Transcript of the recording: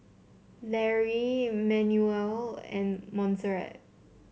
Lary Manuela and Montserrat